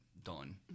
done